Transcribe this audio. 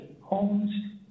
homes